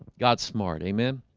god smart. amen.